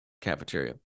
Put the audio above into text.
cafeteria